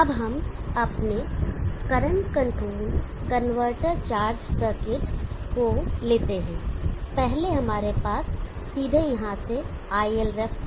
अब हम अपने current controlled converter charger circuit को लेते हैं पहले हमारे पास सीधे यहाँ से iLref था